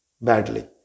Badly